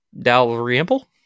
Dalrymple